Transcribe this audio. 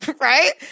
right